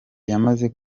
yamaze